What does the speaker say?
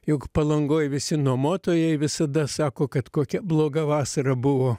juk palangoj visi nuomotojai visada sako kad kokia bloga vasara buvo